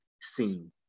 seen